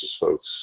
folks